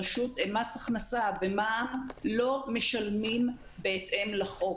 במס הכנסה ובמע"מ לא משלמים בהתאם לחוק.